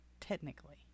technically